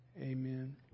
Amen